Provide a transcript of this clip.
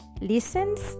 listens